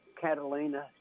Catalina